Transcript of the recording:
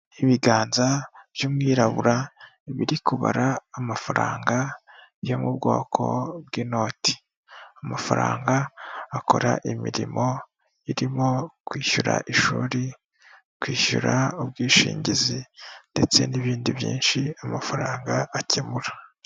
Ibiganza by'umwirabura biri kubara amafaranga yo mu bwoko bw'inoti. Amafaranga akora imirimo irimo kwishyura ishuri, kwishyura ubwishingizi ndetse n'ibindi byinshi amafaranga akemura.